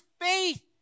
faith